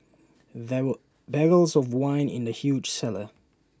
there were barrels of wine in the huge cellar